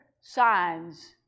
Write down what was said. signs